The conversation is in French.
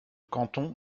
canton